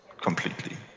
completely